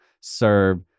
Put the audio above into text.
serve